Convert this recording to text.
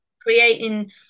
Creating